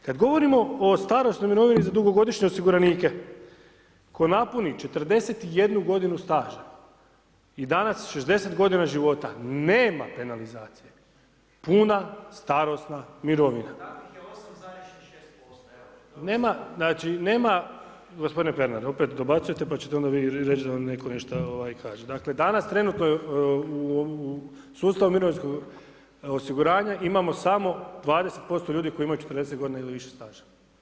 Kad govorimo o starosnoj mirovini za dugogodišnje osiguranike, tko napuni 41 godinu staža i danas 60 godina života, nema penalizacije, puna starosna mirovina, … [[Upadica Ivan Pernar: Sad ih je 8,66%, evo, a dalje: govornik se ne razumije.]] nema, znači nema, gospodine Pernar opet dobacujete pa ćete onda vi reći da vam netko nešto kaže, dakle danas trenutno je u sustavu mirovinskog osiguranja imamo samo 20% ljudi koji imaju 40 godina ili više staža.